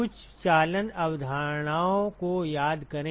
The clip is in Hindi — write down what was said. कुछ चालन अवधारणाओं को याद करें